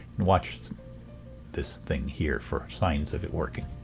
watch this thing here for signs of it working.